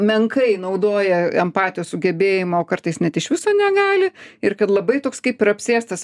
menkai naudoja empatijos sugebėjimą o kartais net iš viso negali ir kad labai toks kaip ir apsėstas